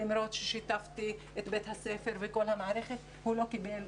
למרות ששיתפתי את בית הספר ואת המערכת הוא לא קיבל,